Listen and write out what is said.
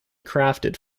crafted